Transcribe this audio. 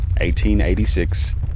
1886